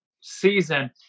season